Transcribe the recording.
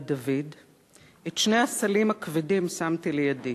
דוד / את שני הסלים הכבדים שמתי לידי /